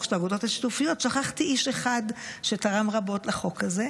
של האגודות השיתופיות ושכחתי איש אחד שתרם רבות לחוק הזה,